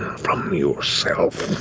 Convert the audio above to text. from yourself.